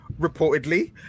reportedly